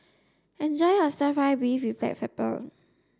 enjoy your stir fry beef with black pepper